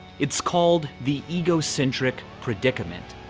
it's called the egocentric predicament.